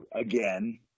again